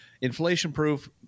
inflation-proof